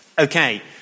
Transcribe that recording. Okay